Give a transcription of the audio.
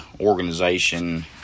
organization